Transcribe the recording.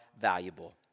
valuable